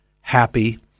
happy